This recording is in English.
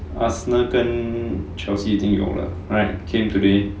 arsenal 跟 chelsea 已经有了 right came today